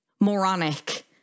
moronic